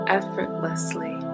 effortlessly